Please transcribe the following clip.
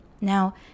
now